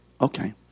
Okay